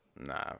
Nah